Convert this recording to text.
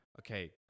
Okay